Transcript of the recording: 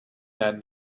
that